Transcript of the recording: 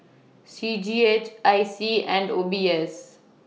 C G H I C and O B S